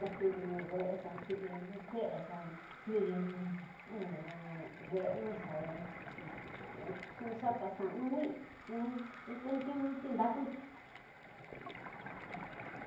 Xa tiwi'inu we'e, xa tiwi'inu ñu ke'e xa kidinu wexenu ñu xa nxu xa taxinu ngii nxu xa kentiunu tindakuñu.